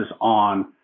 on